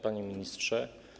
Panie Ministrze!